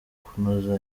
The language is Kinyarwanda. kunoza